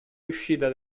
riuscita